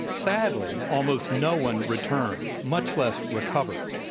sadly almost no one returns, much less recovers,